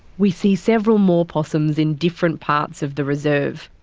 we see several more possums in different parts of the reserve.